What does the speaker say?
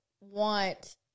want